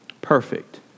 perfect